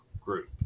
group